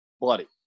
bloody